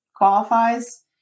Qualifies